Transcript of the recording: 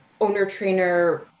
owner-trainer